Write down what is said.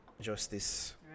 justice